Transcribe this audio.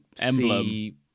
emblem